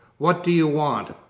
what do you want?